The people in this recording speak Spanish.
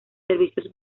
servicios